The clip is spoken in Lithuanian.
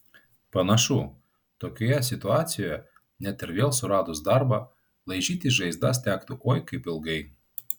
panašu tokioje situacijoje net ir vėl suradus darbą laižytis žaizdas tektų oi kaip ilgai